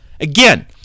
Again